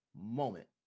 moment